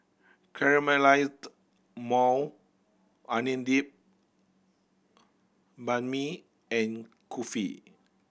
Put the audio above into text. Caramelized Maui Onion Dip Banh Mi and Kulfi